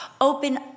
open